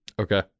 Okay